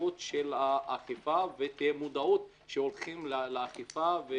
החשיבות של האכיפה ותהיה מודעות שהולכים לאכיפה.